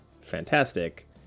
fantastic